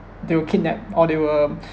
they were kidnapped or they were